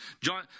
John